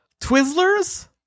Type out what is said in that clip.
Twizzlers